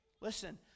Listen